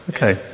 Okay